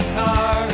car